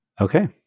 Okay